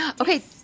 Okay